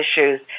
issues